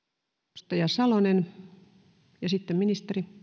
edustaja salonen ja sitten ministeri